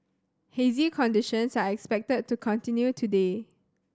hazy conditions are expected to continue today